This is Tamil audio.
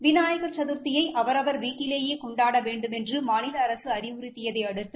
விநாயக் சதுர்த்தியை அவரவர் வீட்டிலேயே கொண்டாட வேண்டுமென்று மாநில அரசு அறிவுறுத்தியதை அடுத்து